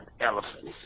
Elephants